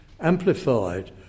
amplified